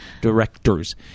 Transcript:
directors